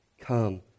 Come